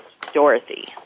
Dorothy